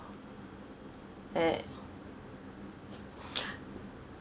eh